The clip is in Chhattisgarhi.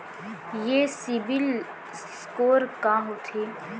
ये सिबील स्कोर का होथे?